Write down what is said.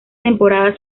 temporada